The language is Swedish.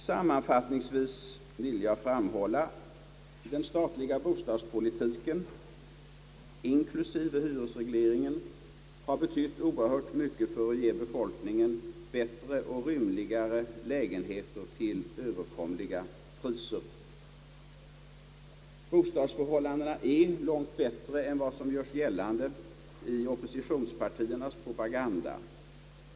Sammanfattningsvis vill jag framhålla att den statliga bostadspolitiken inklusive hyresregleringen har betytt oerhört mycket för att ge befolkningen bättre och rymligare lägenheter till överkomliga priser. Bostadsförhållandena är långt bättre än vad som görs gällande i oppositionspartiernas propaganda.